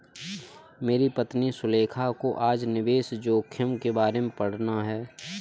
मेरी पत्नी सुलेखा को आज निवेश जोखिम के बारे में पढ़ना है